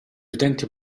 utenti